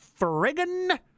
friggin